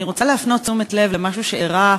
אני רוצה להפנות את תשומת הלב למשהו שאירע,